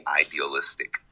idealistic